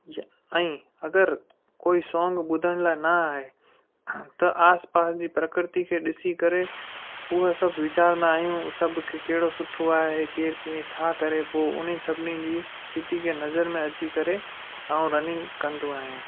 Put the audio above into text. ज ऐं अगरि कोई सोंग ॿुधण लाइ न आहे त आसिपासि जी प्रकृति खे ॾिसी करे उहा सभु वीचारंदा आहियूं सभु कि कहिड़ो सुठो आहे केर कीअं छा करे पोइ उन्हनि सभिनी जी स्थिति में नज़र में अची करे आउं रनिंग कंदो आहियां